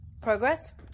Progress